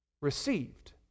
received